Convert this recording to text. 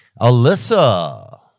Alyssa